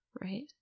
Right